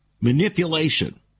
manipulation